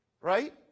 right